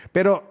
Pero